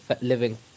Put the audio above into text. living